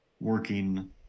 working